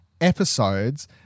episodes